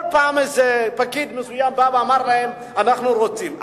כל פעם איזה פקיד מסוים בא ואמר להם, אנחנו רוצים.